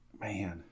Man